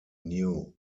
new